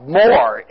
more